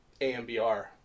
AMBR